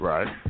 Right